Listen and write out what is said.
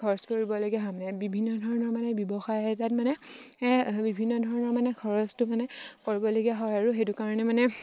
খৰচ কৰিবলগীয়া হয় মানে বিভিন্ন ধৰণৰ মানে ব্যৱসায় সেই তাত মানে বিভিন্ন ধৰণৰ মানে খৰচটো মানে কৰিবলগীয়া হয় আৰু সেইটো কাৰণে মানে